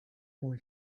boy